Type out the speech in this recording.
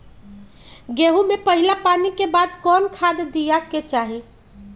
गेंहू में पहिला पानी के बाद कौन खाद दिया के चाही?